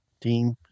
team